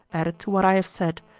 added to what i have said,